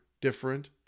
different